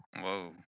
Whoa